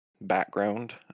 background